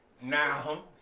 Now